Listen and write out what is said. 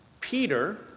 Peter